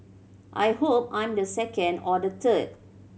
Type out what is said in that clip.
I hope I'm the second or the third